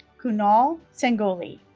kunal sangolli